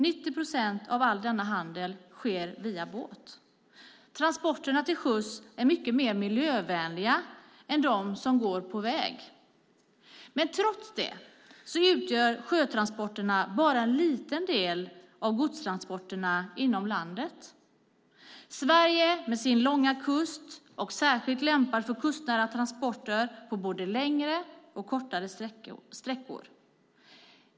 90 procent av all denna handel sker via båt. Transporterna till sjöss är mycket mer miljövänliga än de som går på väg. Trots det utgör sjötransporterna bara en liten del av godstransporterna inom landet. Sverige med sin långa kust är särskilt lämpat för kustnära transporter på både längre och kortare sträckor.